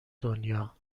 دنیا